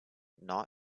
not